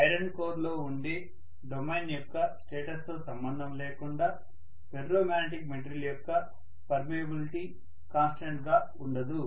iron core లో ఉండే domains యొక్క స్టేటస్ తో సంబంధం లేకుండా ఫెర్రో మాగ్నెటిక్ మెటీరియల్ యొక్క పర్మియబిలిటీ కాన్స్టెంట్ గా ఉండదు